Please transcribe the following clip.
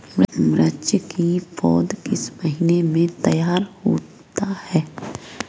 मिर्च की पौधा किस महीने में तैयार होता है?